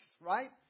right